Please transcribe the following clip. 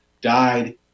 died